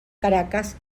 caracas